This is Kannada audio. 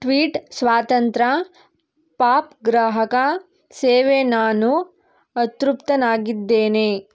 ಟ್ವೀಟ್ ಸ್ವಾತಂತ್ರ್ಯ ಪಾಪ್ ಗ್ರಾಹಕ ಸೇವೆ ನಾನು ಅತೃಪ್ತನಾಗಿದ್ದೇನೆ